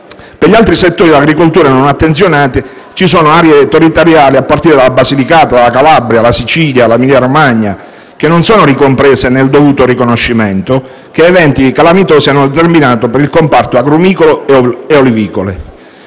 Per gli altri settori dell'agricoltura a cui non è stata rivolta attenzione, ci sono aree territoriali a partire dalla Basilicata, alla Calabria, alla Sicilia, all'Emilia-Romagna che non sono ricomprese nel dovuto riconoscimento dei danni che eventi calamitosi hanno determinato per il comparto agrumicolo od olivicolo